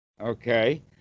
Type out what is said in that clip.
Okay